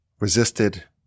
resisted